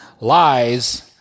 Lies